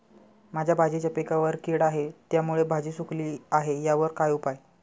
माझ्या भाजीच्या पिकावर कीड आहे त्यामुळे भाजी सुकली आहे यावर काय उपाय?